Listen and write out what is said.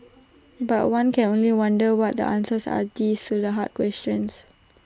but one can only wonder what the answers are these though the hard questions